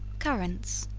currants.